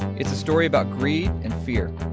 it's a story about greed and fear,